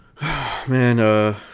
Man